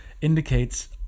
indicates